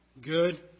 Good